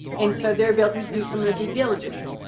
and so their ability to do some of the due diligence,